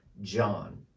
John